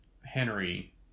henry